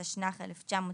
התשנ"ח-1998,